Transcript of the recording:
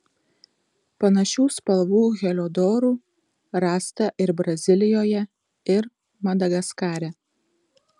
panašių spalvų heliodorų rasta ir brazilijoje ir madagaskare